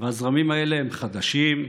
הזרמים האלה הם חדשים,